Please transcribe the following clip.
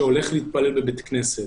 שהולך להתפלל בבית הכנסת.